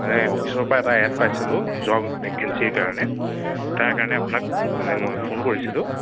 মানে অফিচৰ পৰা এটা এড পাইছিলোঁ জব ভেকেঞ্চিৰ কাৰণে তাৰ কাৰণে আপোনাক মানে মই ফোন কৰিছিলোঁ